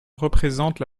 représente